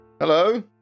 Hello